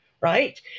right